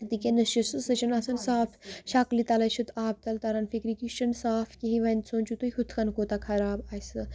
تہِ کیٛاہ نہ چھِ سُہ سُہ چھِنہٕ آسَن صاف شَکلہِ تَلَے چھُ آبہٕ تَلہٕ تَران فِکرِ کہِ یہِ چھُنہٕ صاف کِہیٖنۍ وۄنۍ سوٗنٛچِو تُہۍ ہُتھ کٔنۍ کوٗتاہ خراب آسہِ سُہ